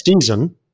season